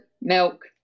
milk